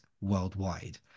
worldwide